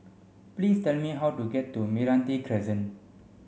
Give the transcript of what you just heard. please tell me how to get to Meranti Crescent